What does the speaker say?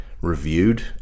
reviewed